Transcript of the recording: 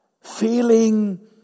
feeling